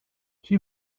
sie